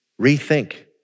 rethink